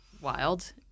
wild